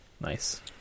Nice